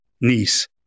niece